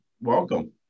Welcome